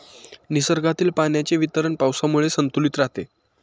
निसर्गातील पाण्याचे वितरण पावसामुळे संतुलित राहते